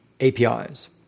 APIs